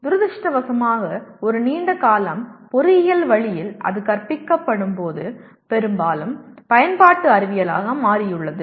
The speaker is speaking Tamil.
துரதிர்ஷ்டவசமாக ஒரு நீண்ட காலம் பொறியியல் வழியில் அது கற்பிக்கப்படும் போது பெரும்பாலும் பயன்பாட்டு அறிவியலாக மாறியுள்ளது